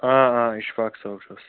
ہاں ہاں اِشفاق صٲب چھُس